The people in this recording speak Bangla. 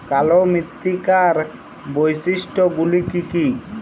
কালো মৃত্তিকার বৈশিষ্ট্য গুলি কি কি?